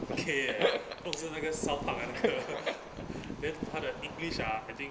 K eh 弄是那个 south park avatar then 他的 english ah I think